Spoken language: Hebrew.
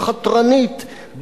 החתרנית,